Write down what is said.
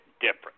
different